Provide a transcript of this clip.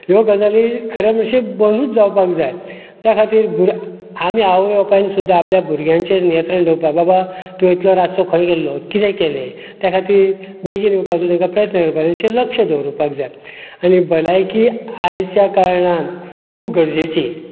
ह्यो गजाली खरे म्हणशीत बंदूत जावपाक जाय त्या खातीर आमी आवय बापायन सुद्दां आपल्या भुरग्यांचेर नियंत्रण दवरपाक बाबा तूं इतल्या रातचो खंय गेल्लो कितें केले त्या खातीर बेगीन उठपाचे तांकां प्रयत्न करपाक जाय लक्ष दवरपाक जाय आनी भलायकी आयज कारणान खूब गरजेची